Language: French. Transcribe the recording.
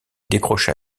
décrocha